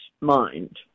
mind